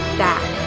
back